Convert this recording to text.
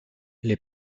les